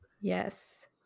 Yes